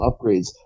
upgrades